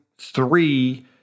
three